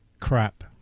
crap